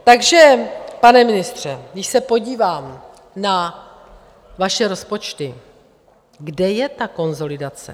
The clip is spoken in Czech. Takže pane ministře, když se podívám na vaše rozpočty, kde je ta konsolidace?